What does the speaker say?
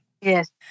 Yes